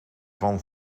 van